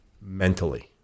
mentally